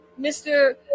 Mr